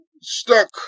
stuck